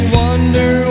wonder